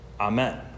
Amen